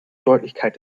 deutlichkeit